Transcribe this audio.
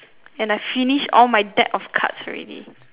and I finish all my deck of cards already